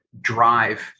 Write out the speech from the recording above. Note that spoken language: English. drive